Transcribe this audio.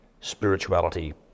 spirituality